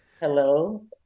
Hello